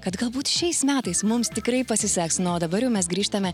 kad galbūt šiais metais mums tikrai pasiseks na o dabar mes grįžtame